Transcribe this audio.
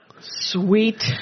Sweet